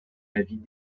avis